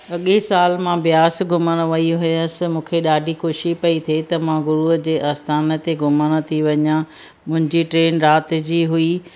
अॻे सालु मां ब्यास घुमणु वई हुयसि मूंखे ॾाढी ख़ुशी पई थिए त मां गुरूअ जे स्थान ते घुमणु थी वञां मुंहिंजी ट्रेन राति जी हुई